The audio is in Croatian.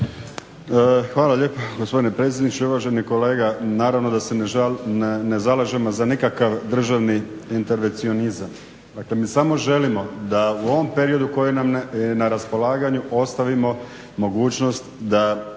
Hvala lijepa gospodine predsjedniče. Uvaženi kolega, naravno da se ne zalažemo za nikakav državni intervencionizam. Dakle mi samo želimo da u ovom periodu koji nam je na raspolaganju ostavimo mogućnost da